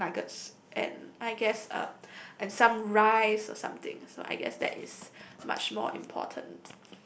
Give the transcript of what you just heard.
chicken nuggets and I guess and some rice or something so I guess that is much more important